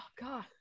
God